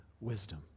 wisdom